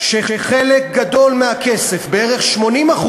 שחלק גדול מהכסף, בערך 80%,